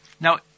Now